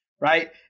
Right